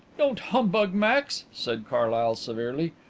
don't humbug, max, said carlyle severely.